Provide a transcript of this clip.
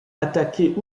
attaquer